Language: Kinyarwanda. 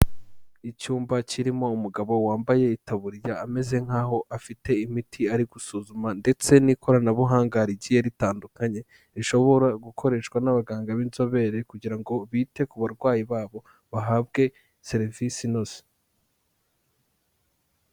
Icyumba kirimo umugabo wambaye itaburiya ameze nk'aho afite imiti ari gusuzuma ndetse n'ikoranabuhanga rigiye ritandukanye, rishobora gukoreshwa n'abaganga b'inzobere kugira ngo bite ku barwayi babo, bahabwe serivisi inoze.